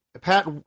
Pat